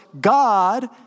God